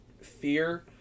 fear